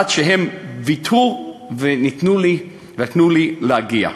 עד שהם ויתרו ונתנו לי להגיע.